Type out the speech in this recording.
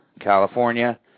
California